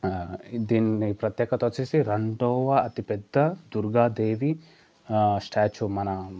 దీని ప్రత్యేకత వచ్చేసి రెండవ అతి పెద్ద దుర్గాదేవి స్టాచ్యూ మన